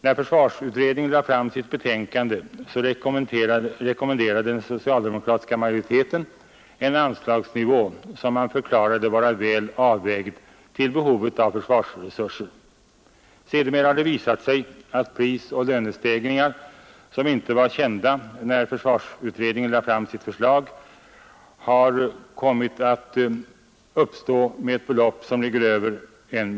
När försvarsutredningen lade fram sitt betänkande rekommenderade den socialdemokratiska majoriteten en anslagsnivå som man förklarade var väl avvägd i förhållande till behovet av försvarsresurser. Sedermera har det visat sig att det uppstått prisoch lönestegringar — de var inte kända när försvarsutredningen lade fram sitt förslag — på över 1 miljard kronor för perioden.